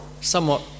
somewhat